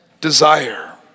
desire